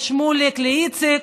שמוליק ואיציק,